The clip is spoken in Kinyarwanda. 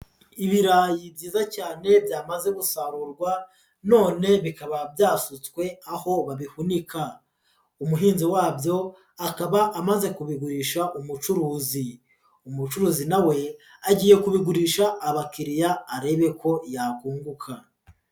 Ibirayi byiza cyane byamaze gusarurwa none bikaba byasutswe aho babihunika, umuhinzi wabyo akaba amaze kubigurisha umucuruzi. Umucuruzi na we agiye kubigurisha abakiriya arebe ko yakunguka.